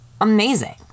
amazing